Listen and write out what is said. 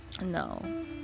no